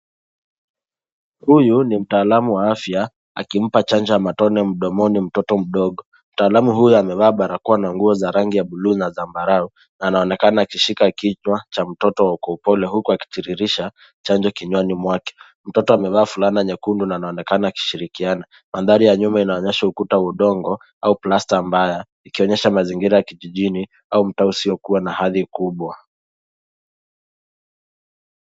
Huyu ni mtaalamu wa afya akimpa chanjo ya matone mdomoni mtoto mdogo. Mtaalamu huyu amevaa barakoa na nguo za rangi ya bluu na zambarau. Na anaonekana akishika kichwa cha mtoto kwa upole huku akitiririsha chanjo kinywani mwake. Mtoto amevaa fulana nyekundu na anaonekana akishirikiana. Mandhari ya nyuma inaonyesha ukuta wa udongo au plasta mbaya ikionyesha mazingira ya kijijini au mtaa usiokuwa na hadhi kubwa.